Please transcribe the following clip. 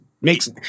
makes